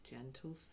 Gentle